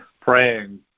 praying